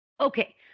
Okay